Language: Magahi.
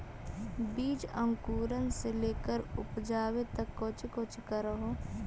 बीज अंकुरण से लेकर उपजाबे तक कौची कौची कर हो?